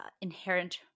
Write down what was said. inherent